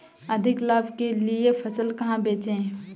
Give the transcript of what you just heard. अधिक लाभ के लिए फसल कहाँ बेचें?